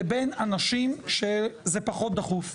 לבין אנשים שזה פחות דחוף,